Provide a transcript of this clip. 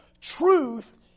truth